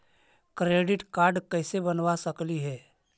Credit card कैसे बनबा सकली हे?